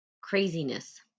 craziness